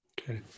Okay